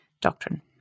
doctrine